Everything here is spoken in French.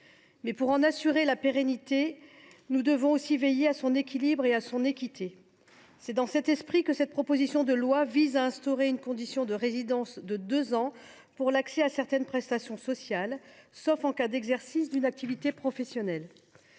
Mais, pour en assurer la pérennité, nous devons aussi veiller à son équilibre et à son équité. C’est dans cet esprit que cette proposition de loi vise à instaurer une condition de résidence de deux ans pour l’accès à certaines prestations sociales, sauf en cas d’exercice d’une activité professionnelle.